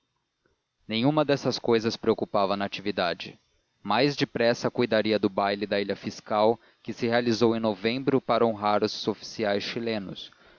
nenhuma dessas cousas preocupava natividade mais depressa cuidaria do baile da ilha fiscal que se realizou em novembro para honrar os oficiais chilenos